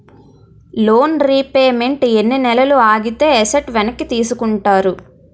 Loan repayment ఎన్ని నెలలు ఆగితే ఎసట్ వెనక్కి తీసుకుంటారు?